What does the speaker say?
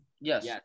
Yes